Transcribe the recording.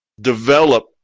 develop